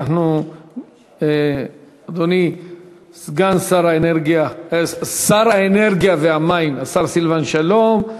אדוני שר האנרגיה והמים סילבן שלום,